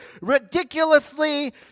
ridiculously